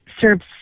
serves